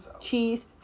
cheese